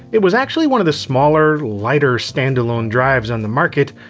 it was actually one of the smaller, lighter standalone drives on the market,